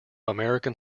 american